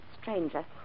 Stranger